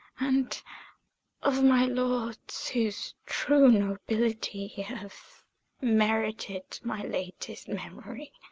and of my lords, whose true nobility have merited my latest memory.